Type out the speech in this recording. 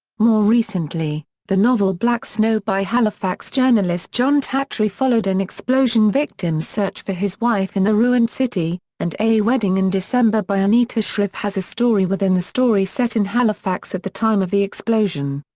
more recently, the novel black snow by halifax journalist jon tattrie followed an explosion victim's search for his wife in the ruined city, and a wedding in december by anita shreve has a story-within-the-story set in halifax at the time of the explosion.